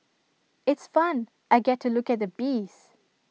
it's fun I get to look at the bees